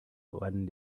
one